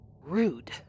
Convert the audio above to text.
Rude